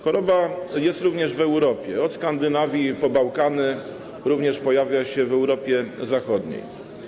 Choroba jest również w Europie, od Skandynawii po Bałkany, również pojawia się w Europie Zachodniej.